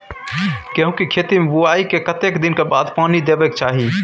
गेहूँ के खेती मे बुआई के कतेक दिन के बाद पानी देबै के चाही?